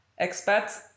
expats